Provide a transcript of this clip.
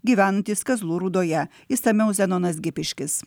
gyvenantys kazlų rūdoje išsamiau zenonas gipiškis